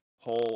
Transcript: Whole